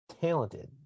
talented